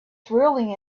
swirling